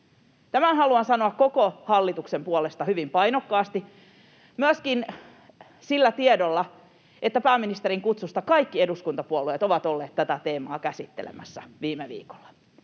Tämän haluan sanoa koko hallituksen puolesta hyvin painokkaasti myöskin sillä tiedolla, että pääministerin kutsusta kaikki eduskuntapuolueet ovat olleet tätä teemaa käsittelemässä viime viikolla